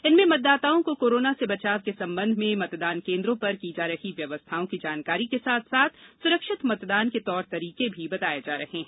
इनमें मतदाताओं को कोरोना से बचाव के संबंध में मतदान केन्द्रों पर की जा रही व्यवस्थाओं की जानकारी के साथ साथ सुरक्षित मतदान के तौर तरीके भी बताये जा रहे हैं